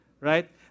right